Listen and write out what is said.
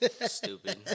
Stupid